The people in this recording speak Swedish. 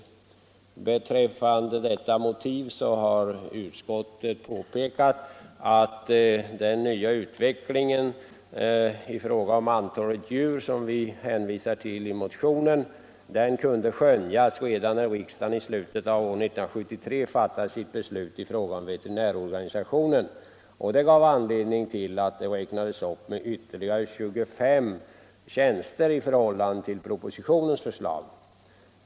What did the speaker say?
Utskottet har påpekat att den nya utveckling i fråga om antalet djur som vi hänvisar till i motionen ”kunde skönjas redan när riksdagen i slutet av år 1973 fattade sitt beslut i fråga om veterinärorganisationen och att detta gav anledning till att antalet veterinärtjänster räknades upp med 25 i förhållande till propositionen”.